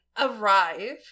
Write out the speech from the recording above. arrive